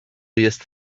jest